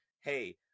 hey